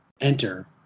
enter